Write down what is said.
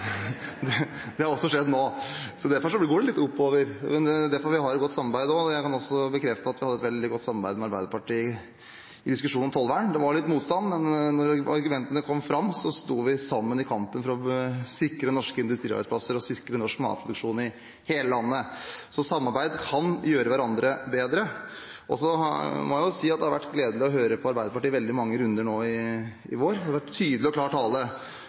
Det har også skjedd nå. Derfor går det litt oppover. Det er derfor vi har et godt samarbeid. Jeg kan også bekrefte at vi hadde et veldig godt samarbeid med Arbeiderpartiet i diskusjonen om tollvern. Det var litt motstand, men da argumentene kom fram, sto vi sammen i kampen for å sikre norske industriarbeidsplasser og sikre norsk matproduksjon i hele landet. Så ved å samarbeide kan man gjøre hverandre bedre. Jeg må si at det har vært gledelig å høre på Arbeiderpartiet i veldig mange runder nå i vår. Det har vært tydelig og klar tale.